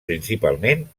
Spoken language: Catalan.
principalment